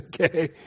Okay